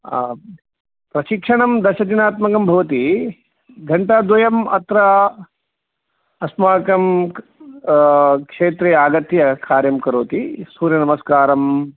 प्रशिक्षणं दशदिनात्मकं भवति घण्टाद्वयम् अत्र अस्माकं क्षेत्रे आगत्य कार्यं करोति सूर्यनमस्कारम्